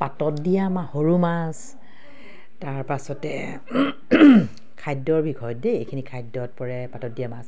পাতত দিয়া সৰু মাছ তাৰপাছতে খাদ্যৰ বিষয়ত দেই এইখিনি খাদ্যত পৰে পাতত দিয়া মাছ